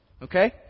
Okay